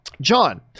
John